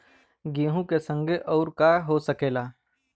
गेहूँ के संगे अउर का का हो सकेला?